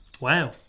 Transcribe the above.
Wow